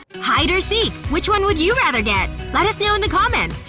hide or seek? which one would you rather get? let us know in the comments!